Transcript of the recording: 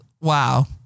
wow